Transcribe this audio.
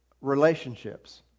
relationships